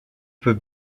peut